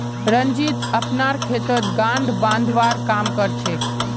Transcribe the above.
रंजीत अपनार खेतत गांठ बांधवार काम कर छेक